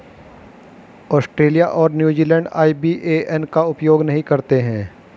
Australia और New Zealand IBAN का उपयोग नहीं करते हैं